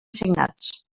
signats